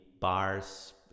bars